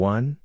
One